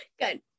Good